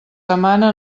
demana